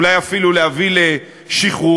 אולי אפילו להביא לשחרורו,